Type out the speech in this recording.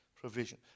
provision